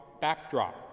backdrop